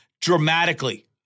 dramatically